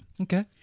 Okay